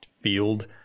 field